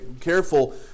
Careful